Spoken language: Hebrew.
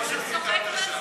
כמו שעשית עד עכשיו.